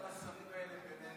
כל השרים האלה שנעלמו.